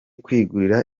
kwigurira